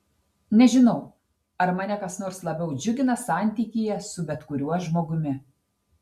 nežinau ar mane kas nors labiau džiugina santykyje su bet kuriuo žmogumi